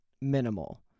minimal